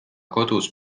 kodus